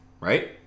right